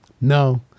no